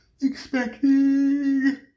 expecting